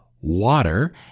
water